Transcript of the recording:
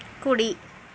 కుడి